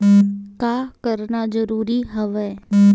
का करना जरूरी हवय?